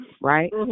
right